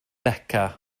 beca